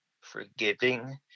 forgiving